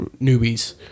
newbies